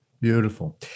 beautiful